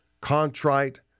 contrite